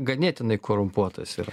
ganėtinai korumpuotas yra